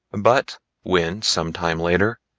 but when some time later,